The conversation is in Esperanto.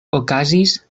okazis